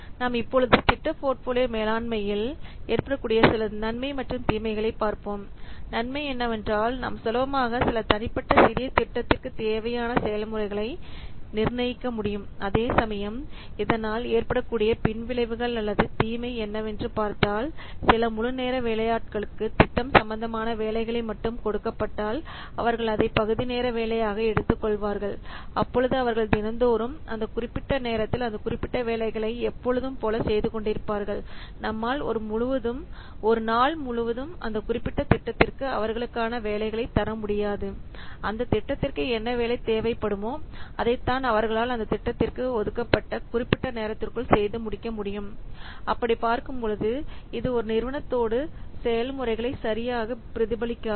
நாம் இப்பொழுது திட்ட போர்ட்போலியோ மேலாண்மையில் ஏற்படக்கூடிய சில நன்மை மற்றும் தீமைகளை பார்ப்போம் நன்மை என்னவென்றால் நாம் சுலபமாக சில தனிப்பட்ட சிறிய திட்டத்திற்கு தேவையான செயல்முறைகளை நிர்ணயிக்க முடியும் அதேசமயம் இதனால் ஏற்படக்கூடிய பின்விளைவுகள் அல்லது தீமை என்னவென்று பார்த்தால் சில முழுநேர வேலையாட்களுக்கு திட்டம் சம்பந்தமான வேலைகளை மட்டும் கொடுக்கப்பட்டால் அவர்கள் அதை பகுதி நேர வேலையாக எடுத்துக்கொள்வார்கள் அப்பொழுது அவர்கள் தினம்தோறும் அந்த குறிப்பிட்ட நேரத்தில் அந்த குறிப்பிட்ட வேலைகளை எப்பொழுதும் போல செய்து கொண்டிருப்பார்கள் நம்மால் ஒரு நாள் முழுவதும் அந்த குறிப்பிட்ட திட்டத்திற்கு அவர்களுக்கான வேலைகளை தர முடியாது அந்த திட்டத்திற்கு என்ன வேலை தேவைப் படுமோ அதை தான் அவர்களால் அந்த திட்டத்திற்கு ஒதுக்கப்பட்ட குறிப்பிட்ட நேரத்திற்குள் செய்து முடிக்க முடியும் அப்படி பார்க்கும் பொழுது இது ஒரு நிறுவனத்தோடு செயல்முறைகளை சரியாக பிரதிபலிக்கிறது